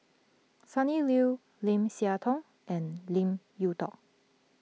Sonny Liew Lim Siah Tong and Lim Yew tall